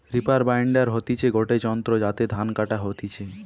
reaper binder হতিছে গটে যন্ত্র যাতে ধান কাটা হতিছে